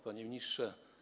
Panie Ministrze!